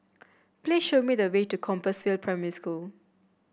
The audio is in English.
please show me the way to Compassvale Primary School